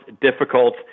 difficult